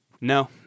No